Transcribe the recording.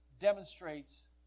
demonstrates